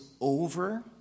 over